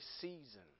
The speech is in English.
season